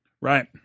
Right